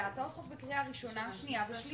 הצעות חוק בקריאה ראשונה שנייה ושלישית.